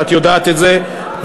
ואת יודעת את זה,